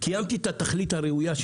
קיימתי את התכלית הראויה.